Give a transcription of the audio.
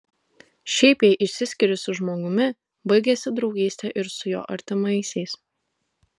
šiaip jei išsiskiri su žmogumi baigiasi draugystė ir su jo artimaisiais